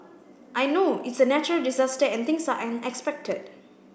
I know it's a natural disaster and things are unexpected